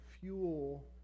fuel